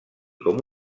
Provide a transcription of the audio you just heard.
com